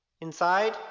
Inside